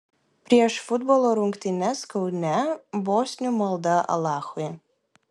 prieš futbolo rungtynes kaune bosnių malda alachui